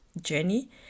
journey